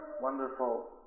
wonderful